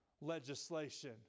legislation